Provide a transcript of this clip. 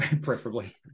preferably